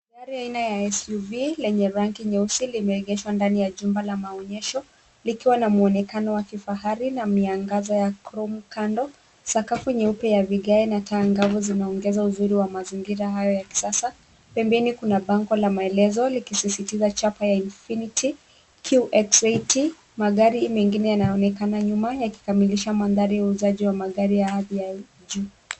Gari aina ya SUV lenye rangi nyeusi limeegeshwa ndani ya jumba la maonyesho likiwa na mwonekano wa kifahari na miangaza ya chrome kando. Sakafu nyeupe ya vigae na taa angavu zinaongeza uzuri wa mazingira hayo ya kisasa. Pembeni kuna bango la maelezo likisisitiza chapa ya Infinity QX80. Magari mengine yanaonekana nyuma yakikamilisha mandhari ya uuzaji wa magari ya hali ya juu.